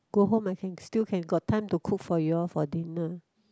go home I can still can got time to cook for you all for dinner